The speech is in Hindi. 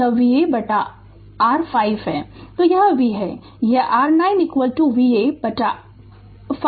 यह Va बटा r 5 है यह V है यह r 9 Va बटा r 5 है